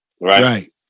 Right